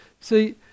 See